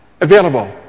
available